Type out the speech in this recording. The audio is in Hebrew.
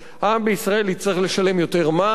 העם בישראל יצטרך לשלם יותר מע"מ.